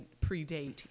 predate